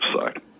side